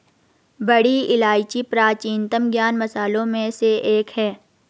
बड़ी इलायची प्राचीनतम ज्ञात मसालों में से एक है